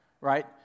right